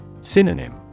Synonym